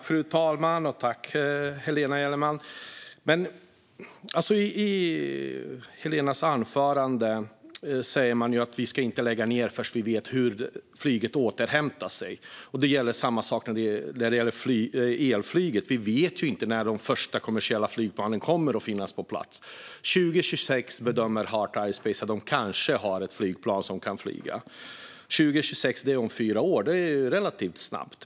Fru talman! Helena Gellerman säger i sitt anförande att vi inte ska lägga ned förrän vi vet hur flyget återhämtar sig. Samma sak gäller ju för elflyget: Vi vet inte när de första kommersiella flygplanen kommer att finnas på plats. Heart Aerospace bedömer att de 2026 kanske har ett flygplan som kan flyga. Det är om fyra år, så det är relativt snabbt.